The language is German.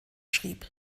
schrieb